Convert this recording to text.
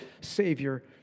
Savior